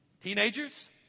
teenagers